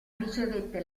ricevette